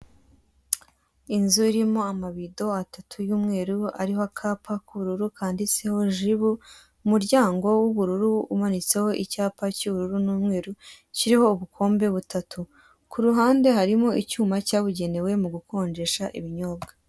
Inzu irimo ababido atatu y'umweru ariho akapa k'ubururu kanditseho jibu, umuryango w'ubururu umanitseho icyapa cy'ubururu n'umweru, kiriho ubukombe butatu. Kuruhande harimo icyuma cyabugenewe mu gukonjesha ibinyobwa.